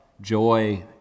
joy